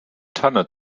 tanne